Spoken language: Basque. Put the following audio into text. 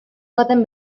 baten